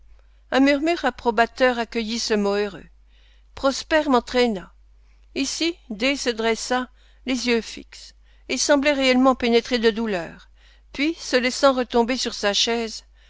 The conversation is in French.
un murmure approbateur accueillit ce mot heureux prosper m'entraîna ici d se dressa les yeux fixes il semblait réellement pénétré de douleur puis se laissant retomber sur sa chaise